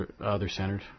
other-centered